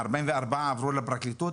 44 עברו לפרקליטות,